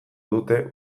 dute